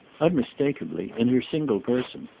unmistakeably, in her single person,